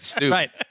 Right